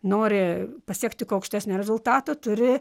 nori pasiekt tik aukštesnio rezultato turi